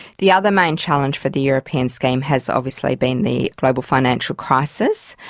the other main challenge for the european scheme has obviously been the global financial crisis.